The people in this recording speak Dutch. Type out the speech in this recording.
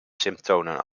symptomen